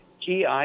GI